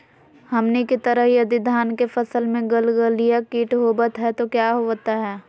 हमनी के तरह यदि धान के फसल में गलगलिया किट होबत है तो क्या होता ह?